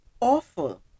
awful